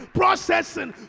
processing